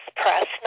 press